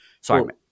Sorry